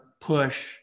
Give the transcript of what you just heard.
push